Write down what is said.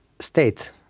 State